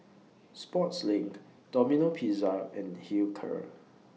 Sportslink Domino Pizza and Hilker